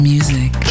Music